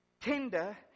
tender